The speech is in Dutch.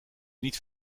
niet